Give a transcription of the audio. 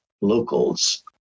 locals